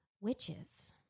witches